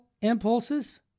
impulses